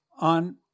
on